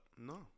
no